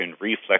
reflex